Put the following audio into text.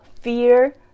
fear